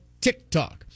TikTok